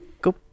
go